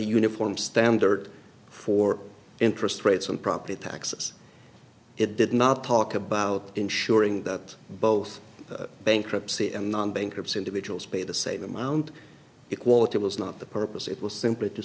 uniform standard for interest rates and property taxes it did not talk about ensuring that both bankruptcy and non bankruptcy individuals pay the same amount it while it was not the purpose it was simply to